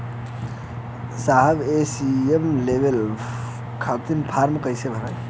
साहब ए.टी.एम लेवे खतीं फॉर्म कइसे भराई?